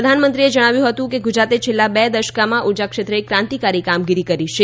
પ્રધાનમંત્રીએ જણાવ્યું હતું કે ગુજરાતે છેલ્લાં બે દસકામાં ઊર્જાક્ષેત્રે ક્રાંતિકારી કામગીરી કરી છે